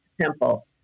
simple